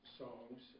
songs